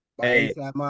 Hey